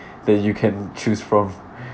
that you can choose from